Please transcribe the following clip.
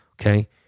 Okay